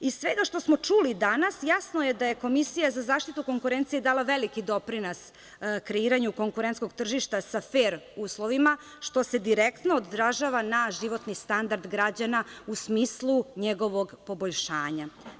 Iz svega što smo čuli danas jasno je da je Komisija za zaštitu konkurencije dala veliki doprinos kreiranju konkurentskog tržišta sa fer uslovima, što se direktno odražava na životni standard građana u smislu njegovog poboljšanja.